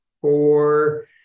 four